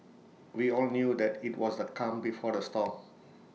we all knew that IT was the calm before the storm